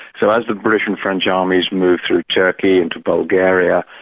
so as the british and french armies moved through turkey, into bulgaria,